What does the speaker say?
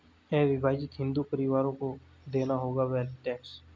अविभाजित हिंदू परिवारों को देना होगा वेल्थ टैक्स